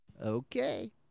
Okay